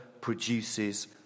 produces